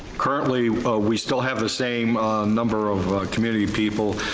currently we still have the same number of committee people